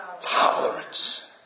tolerance